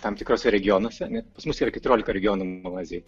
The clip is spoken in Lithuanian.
tam tikruose regionuose net pas mus yra keturiolika regioninių malaizijoj